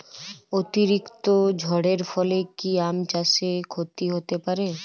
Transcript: অতিরিক্ত ঝড়ের ফলে কি আম চাষে ক্ষতি হতে পারে?